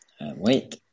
Wait